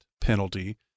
penalty